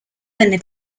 venne